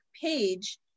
page